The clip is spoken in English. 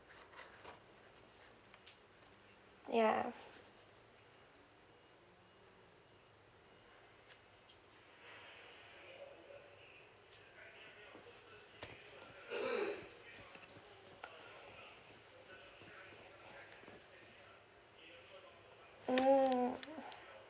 yeah mm